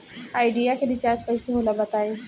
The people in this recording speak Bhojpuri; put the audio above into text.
आइडिया के रिचार्ज कइसे होला बताई?